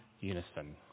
unison